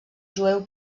jueu